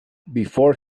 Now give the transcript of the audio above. before